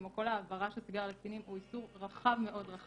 או כל העברה של סיגריה לקטנה הוא איסור רחב מידי.